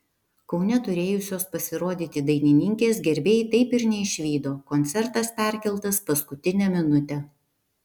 kaune turėjusios pasirodyti dainininkės gerbėjai taip ir neišvydo koncertas perkeltas paskutinę minutę